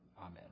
Amen